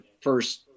first